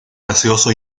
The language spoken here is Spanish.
gaseoso